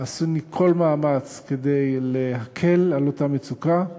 ועשינו כל מאמץ כדי להקל את אותה מצוקה.